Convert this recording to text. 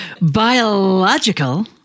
biological